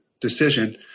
decision